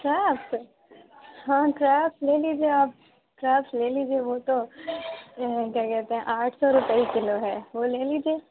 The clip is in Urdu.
کریپس ہاں کریپس لے لیجیے آپ کریپس لے لیجیے وہ تو کیا کہتے ہیں آٹھ سو روپیے ہی کلو ہے وہ لے لیجیے